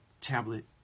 tablet